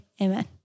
amen